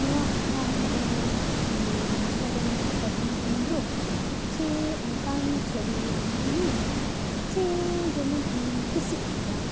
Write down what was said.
ᱱᱚᱣᱟ ᱟᱨᱴ ᱫᱚ ᱢᱤᱥᱴᱤ ᱢᱟᱥᱴᱟᱨᱮ ᱢᱮᱱᱟᱜ ᱟᱠᱟᱫᱤᱧᱟ ᱤᱧ ᱫᱚ ᱪᱮ ᱚᱱᱠᱟᱱ ᱪᱷᱚᱵᱤ ᱵᱮᱱᱟᱣ ᱢᱮ ᱪᱮ ᱡᱚᱢᱮᱱ ᱤᱧᱤᱧ ᱠᱩᱥᱤᱜ ᱞᱮᱠᱟ